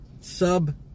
sub